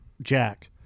Jack